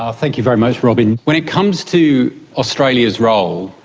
um thank you very much, robyn. when it comes to australia's role,